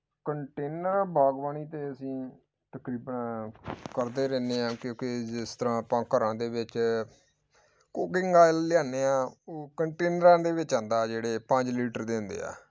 container ਬਾਗਵਾਨੀ ਤੇ ਅਸੀਂ ਤਕਰੀਬਨ ਕਰਦੇ ਰਹਿੰਦੇ ਹਾਂ ਕਿਉਂਕਿ ਜਿਸ ਤਰ੍ਹਾਂ ਆਪਾਂ ਘਰਾਂ ਦੇ ਵਿੱਚ ਕੁਕਿੰਗ ਆਇਲ ਲਿਆਉਂਦੇ ਹਾਂ ਉਹ ਕੰਟੇਨਰਾਂ ਦੇ ਵਿੱਚ ਆਉਂਦਾ ਜਿਹੜੇ ਪੰਜ ਲੀਟਰ ਦੇ ਹੁੰਦੇ ਆ